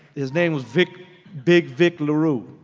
his name was vic big vic larue.